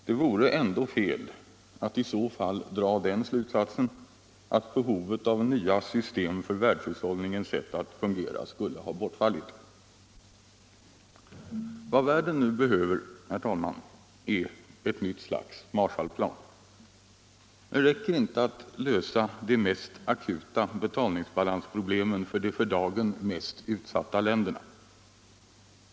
Det vore ändå fel att i så fall dra den slutsatsen att behovet av nya system för världshushållningens sätt att fungera skulle ha bortfallit. Vad världen nu behöver, herr talman, är en ny Marshallplan. Det räcker inte att lösa de mest akuta betalningsbalansproblemen för de för dagen mest utsatta länderna.